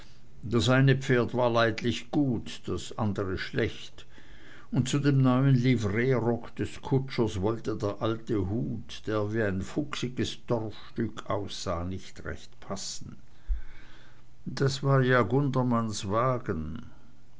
das eine pferd war leidlich gut das andre schlecht und zu dem neuen livreerock des kutschers wollte der alte hut der wie ein fuchsiges torfstück aussah nicht recht passen das war ja gundermanns wagen